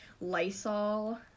Lysol